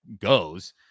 goes